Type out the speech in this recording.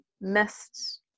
missed